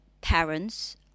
parents